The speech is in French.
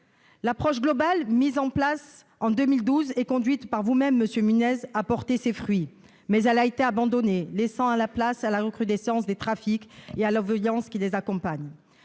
L'approche globale, mise en place en 2012 et conduite par vous-même, monsieur Nunez, a porté ses fruits, mais elle a été abandonnée, laissant place à la recrudescence des trafics et à la violence qui les accompagnent.